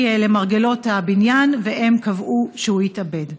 למרגלות הבניין והם קבעו שהוא התאבד.